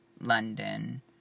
London